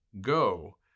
go